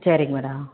சேரிங்க மேடம்